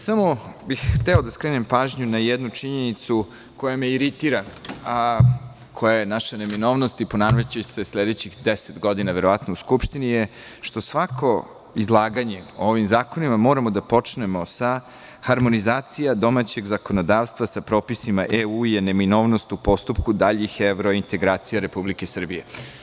Samo bih hteo da skrenem pažnju na jednu činjenicu koja me iritira, a koja je naša neminovnost i ponavljaće se sledećih deset godina verovatno u Skupštini, što svako izlaganje o ovim zakonima moramo da počnemo sa - harmonizacija domaćeg zakonodavstva sa propisima EU je neminovnost u postupku daljih evrointegracija Republike Srbije.